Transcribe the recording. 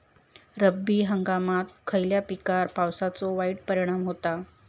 रब्बी हंगामात खयल्या पिकार पावसाचो वाईट परिणाम होता?